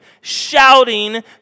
shouting